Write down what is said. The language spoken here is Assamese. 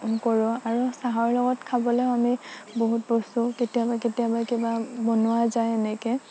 কৰোঁ আৰু চাহৰ লগত খাবলৈও আমি বহুত বস্তু কেতিয়াবা কেতিয়াবা কিবা বনোৱা যায় এনেকৈ